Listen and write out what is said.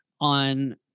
on